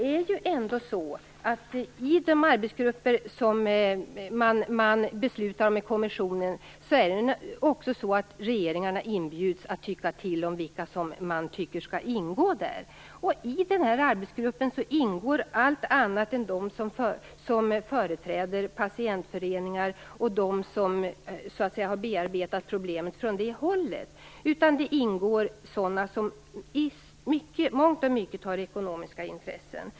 I fråga om de arbetsgrupper som man beslutar om i kommissionen inbjuds ju också regeringarna att tycka till om vilka man tycker skall ingå. I arbetsgruppen ingår allt annat än personer som företräder patientföreningar och som har bearbetat problemet från det hållet. Det ingår i stället sådana som i mångt och mycket har ekonomiska intressen.